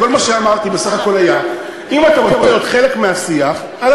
הדבר האחרון שאני אומר לילדים זה במה,